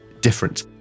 different